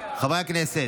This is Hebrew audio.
חברי הכנסת,